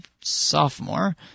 sophomore